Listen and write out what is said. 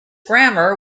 grammar